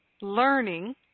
learning